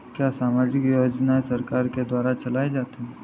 क्या सामाजिक योजनाएँ सरकार के द्वारा चलाई जाती हैं?